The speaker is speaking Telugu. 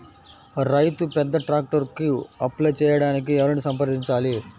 రైతు పెద్ద ట్రాక్టర్కు అప్లై చేయడానికి ఎవరిని సంప్రదించాలి?